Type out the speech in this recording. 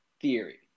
theory